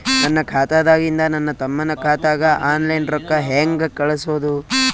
ನನ್ನ ಖಾತಾದಾಗಿಂದ ನನ್ನ ತಮ್ಮನ ಖಾತಾಗ ಆನ್ಲೈನ್ ರೊಕ್ಕ ಹೇಂಗ ಕಳಸೋದು?